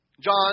John